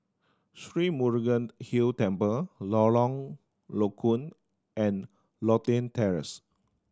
Sri Murugan Hill Temple Lorong Low Koon and Lothian Terrace